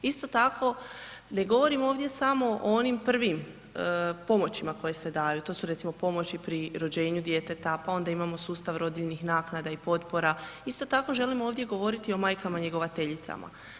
Isto tako ne govorim ovdje samo o onim prvim pomoćima koje se daju, to su recimo pomoći pri rođenju djeteta, pa onda imamo sustav rodiljnih naknada i potpora, isto tako želim govoriti o majkama njegovateljicama.